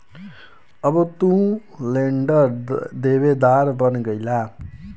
अब तू लेंडर देवेदार बन गईला